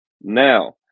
Now